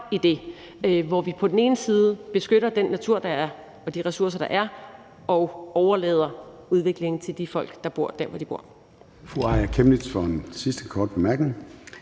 i det, hvor vi beskytter den natur og de ressourcer, der er, og overlader udviklingen til de folk, som bor der, hvor de bor.